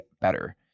better